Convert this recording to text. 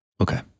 Okay